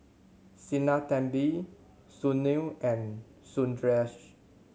Sinnathamby Sunil and Sundaresh